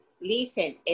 listen